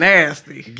Nasty